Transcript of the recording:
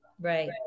Right